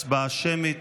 הצבעה שמית